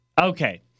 Okay